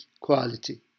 quality